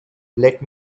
let